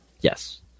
Yes